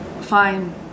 fine